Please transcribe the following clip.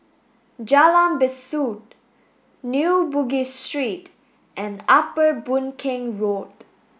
Jalan Besut New Bugis Street and Upper Boon Keng Road